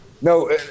No